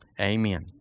Amen